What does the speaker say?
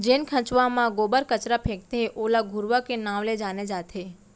जेन खंचवा म गोबर कचरा फेकथे ओला घुरूवा के नांव ले जाने जाथे